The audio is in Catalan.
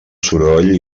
soroll